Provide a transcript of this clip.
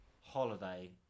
holiday